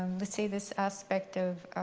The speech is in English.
let's say, this aspect of